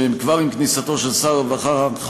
שכבר עם כניסתו לתפקיד של שר הרווחה,